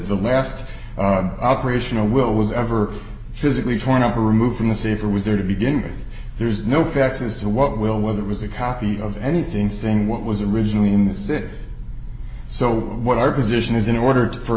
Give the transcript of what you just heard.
the last operation a will was ever physically torn up or removed from the safe or was there to begin with there's no facts as to what will whether it was a copy of anything saying what was originally in the senate so what our position is in order